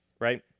right